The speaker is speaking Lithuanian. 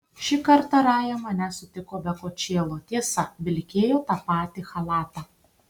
šį kartą raja mane sutiko be kočėlo tiesa vilkėjo tą patį chalatą